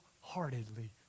wholeheartedly